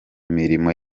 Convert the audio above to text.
mirimo